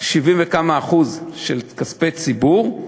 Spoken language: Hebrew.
70% וכמה של כספי ציבור,